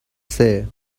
say